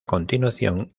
continuación